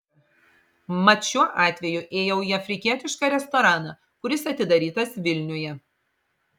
mat šiuo atveju ėjau į afrikietišką restoraną kuris atidarytas vilniuje